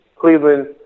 Cleveland